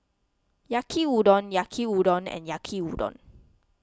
Yaki Udon Yaki Udon and Yaki Udon